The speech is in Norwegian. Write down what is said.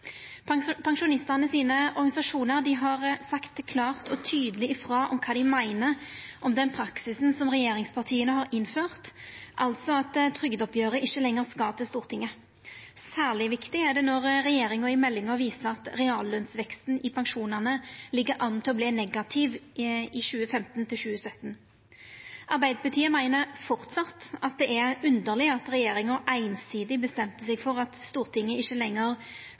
har sagt klart og tydeleg frå om kva dei meiner om den praksisen som regjeringspartia har innført, altså at trygdeoppgjeret ikkje lenger skal til Stortinget. Særleg viktig er det når regjeringa i meldinga viser at reallønsveksten i pensjonane ser ut til å verta negativ i 2015–2017. Arbeidarpartiet meiner framleis at det er underleg at regjeringa einsidig bestemte seg for at Stortinget ikkje lenger